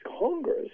Congress